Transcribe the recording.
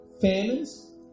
famines